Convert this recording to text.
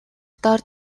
доор